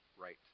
right